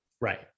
Right